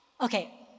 Okay